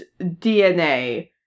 DNA